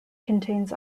contains